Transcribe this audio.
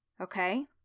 Okay